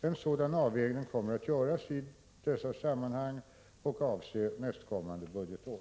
En sådan avvägning kommer att göras i dessa sammanhang och avse nästkommande budgetår.